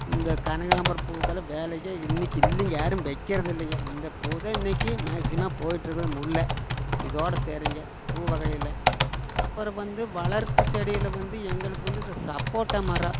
இந்த கனகாமரம் பூவுக்கெல்லாம் வேலையே இன்றைக்கி இல்லைங்க யாரும் வைக்கிறதில்லைங்க இந்த பூதான் இன்றைக்கி மேக்ஸிமம் போயிட்ருக்குது முல்லை இதோடய சரிங்க பூ வகையில் அப்புறோம் வந்து வளர்ப்பு செடியில் வந்து எங்களுக்கு வந்து இந்த சப்போட்டா மரம்